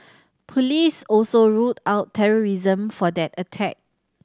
police also ruled out terrorism for that attack